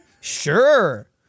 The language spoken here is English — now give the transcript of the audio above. sure